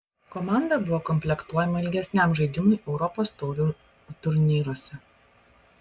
komanda buvo komplektuojama ilgesniam žaidimui europos taurių turnyruose